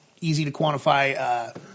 easy-to-quantify